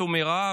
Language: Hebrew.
מתו מרעב,